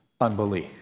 unbelief